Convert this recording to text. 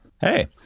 Hey